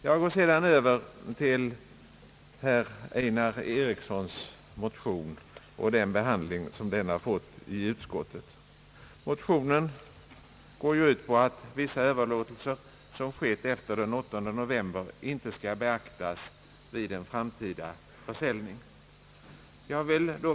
Jag kommer så över till herr Einar Erikssons motion och behandlingen av den i utskottet. Motionen går ut på att vissa överlåtelser, som skett efter den 8 november, inte skall beaktas vid en framtida försäljning.